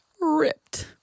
ripped